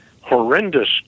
horrendous